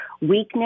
weakness